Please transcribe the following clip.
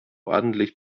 ordentlich